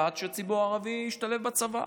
בעד שהציבור הערבי ישתלב בצבא.